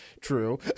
True